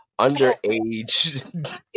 underage